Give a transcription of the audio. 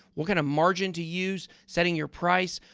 what kind of margin to use, setting your price.